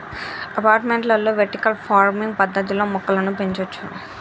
అపార్టుమెంట్లలో vertical farming పద్దతిలో మొక్కలను పెంచొచ్చు